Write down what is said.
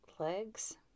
Legs